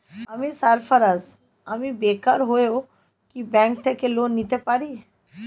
আমি সার্ফারাজ, আমি বেকার হয়েও কি ব্যঙ্ক থেকে লোন নিতে পারি?